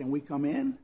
can we come in